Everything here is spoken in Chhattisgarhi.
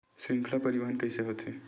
श्रृंखला परिवाहन कइसे होथे?